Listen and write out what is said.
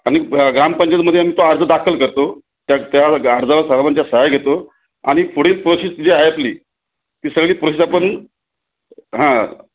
आणि ग्रामपंचायतमध्ये मी तो अर्ज दाखल करतो तर त्या अर्जावर साहेबांच्या सह्या घेतो आणि पुढे प्रोसेस जी आहे आपली ती सगळी प्रोसेस आपण हां